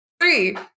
three